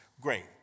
great